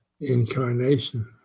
incarnation